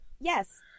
Yes